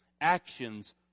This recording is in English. Actions